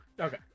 Okay